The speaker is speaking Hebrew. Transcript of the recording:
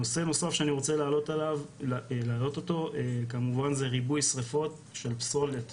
נושא נוסף שאני רוצה להעלות אותו כמובן זה ריבוי שריפות של פסולת,